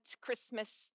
Christmas